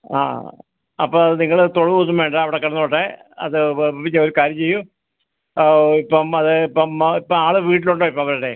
ആ അപ്പം അത് നിങ്ങള് തൊടുവൊന്നും വേണ്ട അവിടെ കിടന്നോട്ടെ അപ്പോൾ പിന്നെ ഒരു കാര്യം ചെയ്യൂ ഇപ്പം അത് ഇപ്പം ഇപ്പം ആള് വീട്ടിലുണ്ടോ ഇപ്പം അവരുടെ